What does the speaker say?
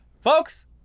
Folks